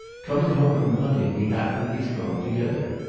coming home from hunting we happened to be thrown together.